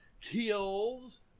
kills